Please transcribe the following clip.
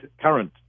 current